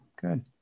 Good